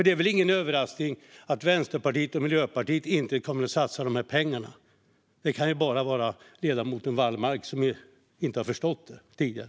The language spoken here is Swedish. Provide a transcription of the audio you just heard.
Det är väl ingen överraskning att Vänsterpartiet och Miljöpartiet inte kommer att satsa dessa pengar? Det kan bara vara ledamoten Wallmark som inte förstått det tidigare.